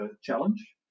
challenge